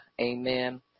Amen